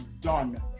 done